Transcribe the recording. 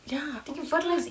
ya oh ya